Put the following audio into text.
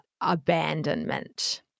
abandonment